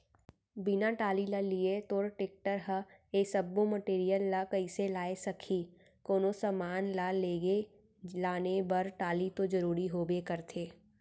बिना टाली ल लिये तोर टेक्टर ह ए सब्बो मटेरियल ल कइसे लाय सकही, कोनो समान ल लेगे लाने बर टाली तो जरुरी होबे करथे